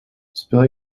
speel